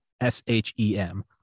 s-h-e-m